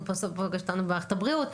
זה פוגש אותנו במערכת הבריאות,